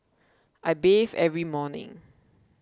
I bathe every morning